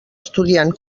estudiant